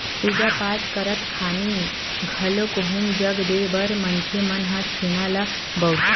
पूजा पाठ करत खानी घलोक हूम जग देय बर मनखे मन ह छेना ल बउरथे